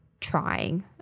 trying